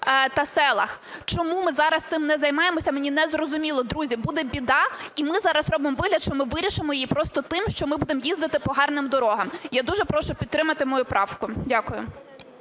та селах. Чому ми зараз цим не займаємося – мені незрозуміло. Друзі, буде біда, і ми зараз робимо вигляд, що ми вирішимо її просто тим, що ми будемо їздити по гарним дорогам. Я дуже прошу підтримати мою правку. Дякую.